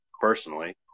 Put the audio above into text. personally